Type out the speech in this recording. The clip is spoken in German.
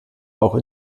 auch